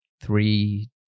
three